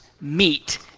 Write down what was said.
meet